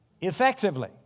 effectively